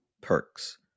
perks